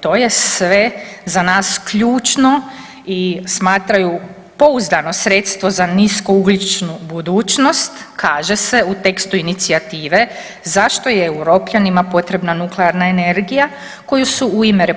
To je sve za nas ključno i smatraju pouzdano sredstvo za niskougljičnu budućnost, kaže se u tekstu inicijative zašto je Europljanima potrebna nuklearna energija koju su u ime RH